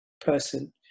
person